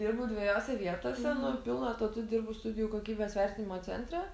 dirbu dvejose vietose nu pilnu etatu dirbu studijų kokybės vertinimo centre